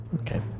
okay